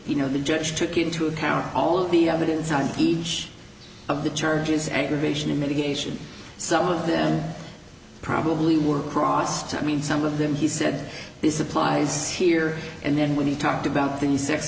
you know the judge took into account all the evidence on each of the charges and provision in mitigation some of them probably were crossed i mean some of them he said this applies here and then when he talked about the sex